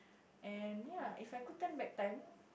and ya if I could turn back time